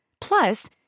Plus